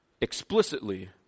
explicitly